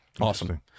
awesome